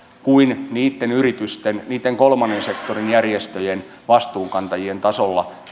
kuin niitten yritysten niitten kolmannen sektorin järjestöjen ja vastuunkantajien tasolla